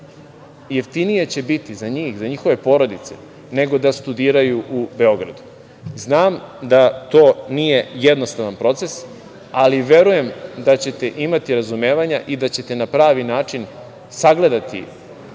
Jeftinije će biti za njih, za njihove porodice, nego da studiraju u Beogradu. Znam da to nije jednostavan proces, ali verujem da ćete imati razumevanja i da ćete na pravi način sagledati